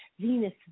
Venus